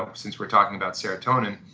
ah since we're talking about serotonin,